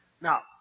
Now